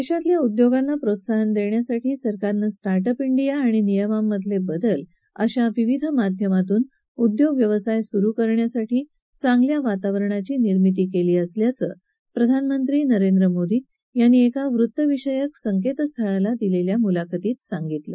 देशात उद्योगांना प्रोत्साहन देण्यासाठी सरकारनं स्टार्टअप डिया आणि नियमांमधील बदल आशा विविध माध्यमांतून उद्योगव्यवसाय सुरु करण्यासाठी चांगल्या वातारवणाची निर्मिती केली असल्याचं प्रधानमंत्री नरेंद्र मोदी यांनी एका वृत्त विषयक संकेतस्ळाला दिलेल्या मुलाखतीत सांगितलं